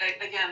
again